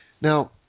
Now